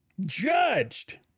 judged